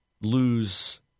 lose